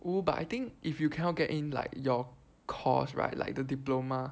oh but I think if you cannot get in like your course right like the diploma